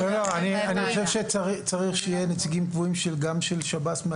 אני חושב שצריך שיהיה נציגים קבועים גם של שב"ס,